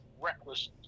reckless